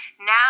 Now